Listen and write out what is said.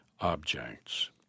objects